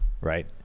right